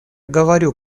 говорю